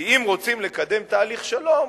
כי אם רוצים לקדם תהליך שלום,